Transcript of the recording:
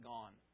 Gone